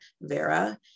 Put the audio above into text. Vera